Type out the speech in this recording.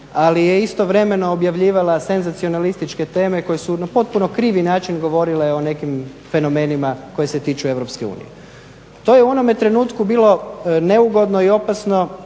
Ali je istovremeno objavljivala senzacionalističke teme koje su na potpuno krivi način govorile o nekim fenomenima koji se tiču EU. To je u onome trenutku bilo neugodno i opasno